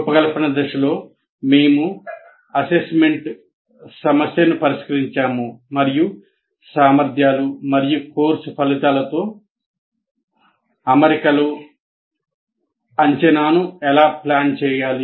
రూపకల్పన దశలో మేము అసెస్మెంట్ సమస్యను పరిష్కరించాము మరియు సామర్థ్యాలు మరియు కోర్సు ఫలితాలతో అమరికలో అంచనాను ఎలా ప్లాన్ చేయాలి